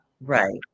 Right